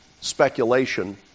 speculation